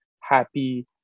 happy